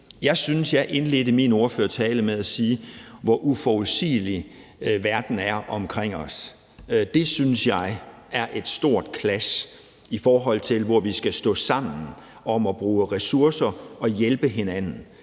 Jeg indledte min ordførertale med at sige, hvor uforudsigelig verden er omkring os. Det synes jeg er et stort clash, i forhold til at vi skal stå sammen om at bruge ressourcer og hjælpe hinanden.